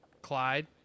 Clyde